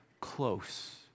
close